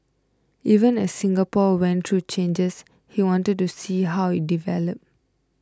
even as Singapore went through changes he wanted to see how it developed